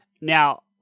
Now